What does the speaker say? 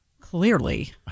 Clearly